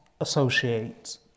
associate